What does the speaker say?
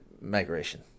migration